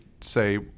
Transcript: say